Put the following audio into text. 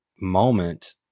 moment